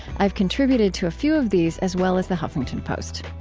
i've contributed to a few of these as well as the huffington post.